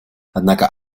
однако